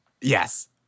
Yes